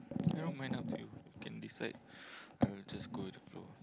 I don't mind up to you you can decide I will just go with the flow